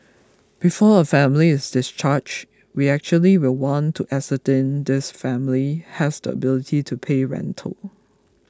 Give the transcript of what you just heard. before a family is discharged we actually will want to ascertain this family has the ability to pay rental